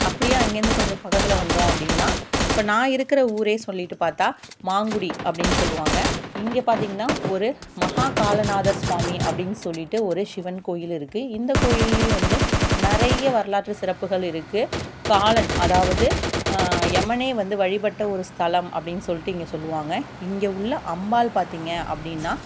அப்படியே அங்கேர்ந்து கொஞ்சம் பக்கத்தில் வந்தோம் அப்படின்னா இப்போ நான் இருக்கிற ஊரே சொல்லிவிட்டு பார்த்தா மாங்குடி அப்படின்னு சொல்லுவாங்க இங்கே பார்த்திங்னா ஒரு மஹாகாலநாதர் சுவாமி அப்படின்னு சொல்லிவிட்டு ஒரு சிவன் கோயில் இருக்கு இந்த கோயில்லையும் வந்து நிறைய வரலாற்று சிறப்புகள் இருக்கு காலன் அதாவது எமனே வந்து வழிபட்ட ஒரு ஸ்தலம் அப்படின்னு சொல்லிவிட்டு இங்கே சொல்லுவாங்க இங்கே உள்ள அம்பாள் பார்த்திங்க அப்படீனா